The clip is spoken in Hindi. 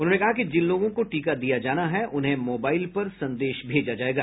उन्होंने कहा कि जिन लोगों को टीका दिया जाना है उन्हें मोबाईल पर संदेश भेजा जायेगा